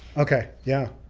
okay. yeah,